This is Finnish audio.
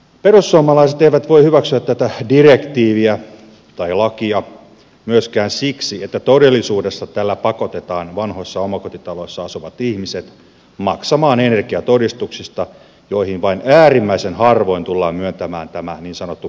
perussuomalaiset eivät voi hyväksyä tätä lakia myöskään siksi että todellisuudessa tällä pakotetaan vanhoissa omakotitaloissa asuvat ihmiset maksamaan energiatodistuksista joihin vain äärimmäisen harvoin tullaan myöntämään tämä niin sanottu kevennetty menettely